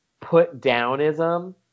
put-downism